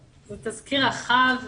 זה תזכיר רחב.